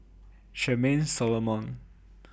Charmaine Solomon